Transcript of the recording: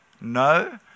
no